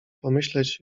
pomyśleć